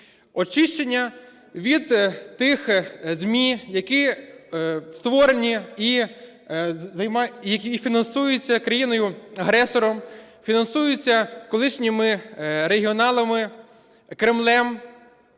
Очищення від тих ЗМІ, які створені і фінансуються країною-агресором, фінансуються колишніми регіоналами, Кремлем.